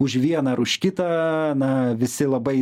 už vieną ar už kitą na visi labai